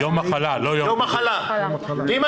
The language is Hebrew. יום מחלה, לא יום בידוד.